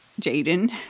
Jaden